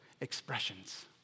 expressions